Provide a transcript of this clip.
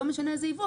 לא משנה איזה יבוא,